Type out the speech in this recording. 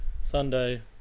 Sunday